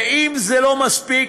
ואם זה לא מספיק,